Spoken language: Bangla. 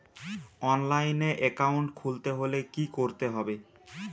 অনলাইনে একাউন্ট খুলতে হলে কি করতে হবে?